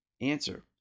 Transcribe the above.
Answer